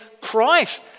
christ